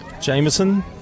Jameson